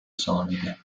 solide